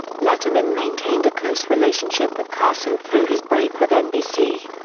letterman maintained a close relationship with carson through his break with nbc.